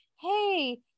hey